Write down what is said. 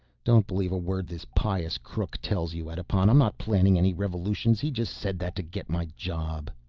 don't believe a word this pious crook tells you, edipon. i'm not planning any revolutions, he just said that to get my job.